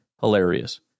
hilarious